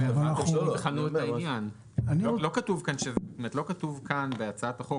לא כתוב בהצעת החוק,